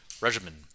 regimen